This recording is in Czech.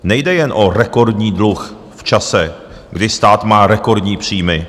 Nejde jen o rekordní dluh v čase, kdy stát má rekordní příjmy.